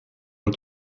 het